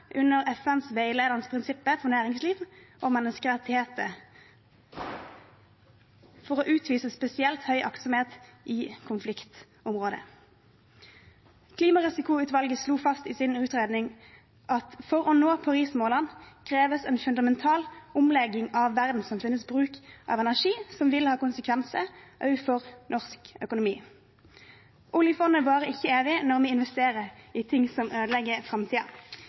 under FNs veiledende prinsipper for næringsliv og menneskerettigheter for å utvise spesielt høy aktsomhet i konfliktområder. Klimarisikoutvalget slo fast i sin utredning at for å nå Paris-målene kreves en fundamental omlegging av verdenssamfunnets bruk av energi, som vil ha konsekvenser også for norsk økonomi. Oljefondet varer ikke evig når vi investerer i ting som ødelegger